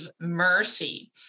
mercy